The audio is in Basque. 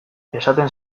esaten